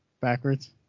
backwards